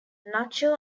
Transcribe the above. nacho